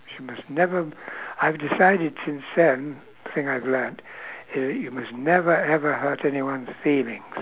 you must never I've decided since then the thing I have learnt is that you must never ever hurt anyone's feelings